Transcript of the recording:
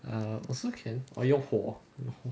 err also can or you 用火